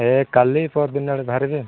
ଏ କାଲି ପହରଦିନ ଆଡ଼େ ବାହାରିବି ଆଉ